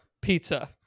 pizza